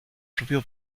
propio